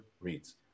reads